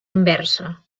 inversa